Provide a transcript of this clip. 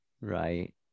Right